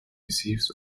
receives